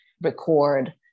record